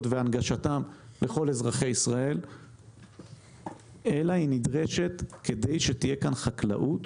והפירות והנגשתם לכל אזרחי ישראל אלא כדי שתהיה כאן חקלאות